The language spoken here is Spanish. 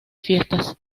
fiestas